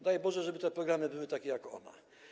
Daj Boże, żeby te programy były takie jak ona.